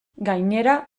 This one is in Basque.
gainera